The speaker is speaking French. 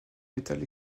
metal